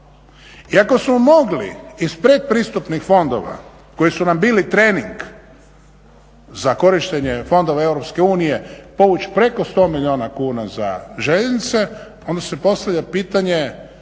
I ako smo mogli iz predpristupnih fondova koji su nam bili trening za korištenje fondova EU povući preko 100 milijuna kuna za željeznice, onda se postavlja pitanje